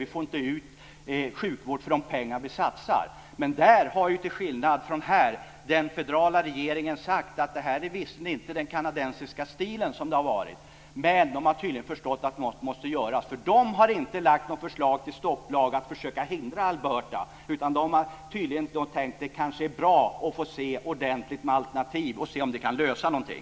Vi får inte ut sjukvård för de pengar vi satsar. Men där har ju till skillnad från här den federala regeringen sagt att det här visserligen inte är den kanadensiska stilen så som den har varit. Men man har tydligen förstått att någonting måste göras. Man har inte lagt fram något förslag om stopplag för att försöka hindra Alberta. Man har tydligen tänkt att det kanske är bra att få se ordentligt med alternativ och att se om det kan lösa någonting.